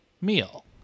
meal